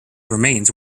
remains